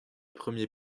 premiers